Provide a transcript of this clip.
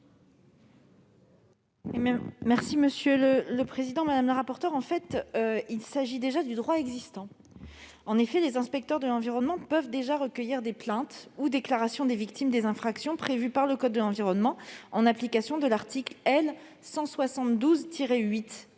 Quel est l'avis du Gouvernement ? En fait, il s'agit déjà du droit existant. En effet, les inspecteurs de l'environnement peuvent déjà recueillir des plaintes ou déclarations des victimes des infractions prévues par le code de l'environnement, en application de l'article L. 172-8